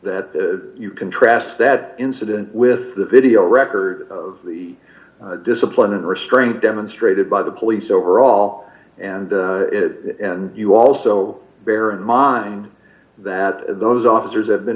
you contrast that incident with the video record of the discipline and restraint demonstrated by the police overall and then you also bear in mind that those officers have been